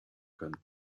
können